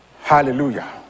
hallelujah